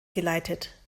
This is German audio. geleitet